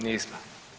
Nismo.